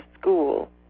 school